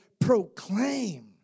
proclaim